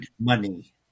money